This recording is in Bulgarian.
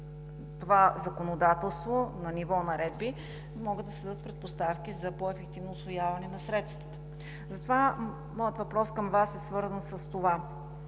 това законодателство на ниво наредби, могат да се създадат предпоставки за по-ефективно усвояване на средствата. Моят въпрос към Вас е свързан с това